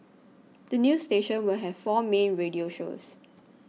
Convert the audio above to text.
the new station will have four main radio shows